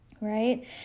right